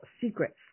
secrets